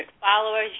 followers